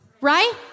right